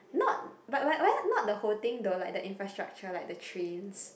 not by right one not the whole things through like the infrastructure like the trains